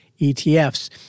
ETFs